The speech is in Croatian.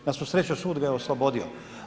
Na svu sreću sud ga je oslobodio.